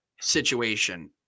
situation